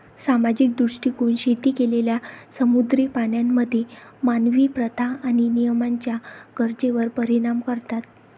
सामाजिक दृष्टीकोन शेती केलेल्या समुद्री प्राण्यांमध्ये मानवी प्रथा आणि नियमांच्या गरजेवर परिणाम करतात